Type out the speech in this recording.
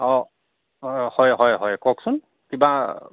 অঁ হয় হয় হয় কওকচোন